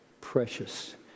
precious